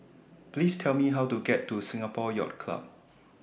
Please Tell Me How to get to Singapore Yacht Club